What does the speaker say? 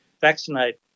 vaccinate